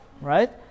right